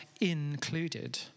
included